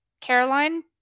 Caroline